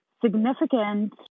significant